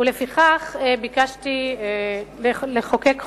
ולפיכך ביקשתי לחוקק חוק,